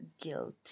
guilty